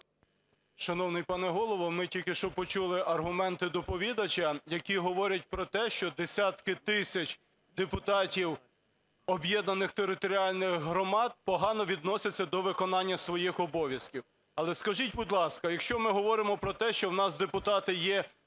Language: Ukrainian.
Шановний пане Голово, ми тільки що почули аргументи доповідача, який говорить про те, що десятки тисяч депутатів об'єднаних територіальних громад погано відносяться до виконання своїх обов'язків. Але скажіть, будь ласка, якщо ми говоримо про те, що у нас депутати є